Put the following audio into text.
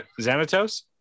Xanatos